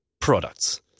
products